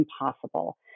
impossible